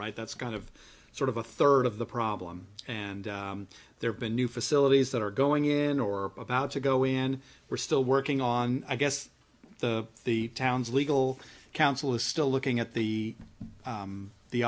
right that's kind of sort of a third of the problem and there have been new facilities that are going in or about to go in we're still working on i guess the the town's legal counsel is still looking at the